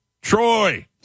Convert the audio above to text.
Troy